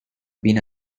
been